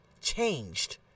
changed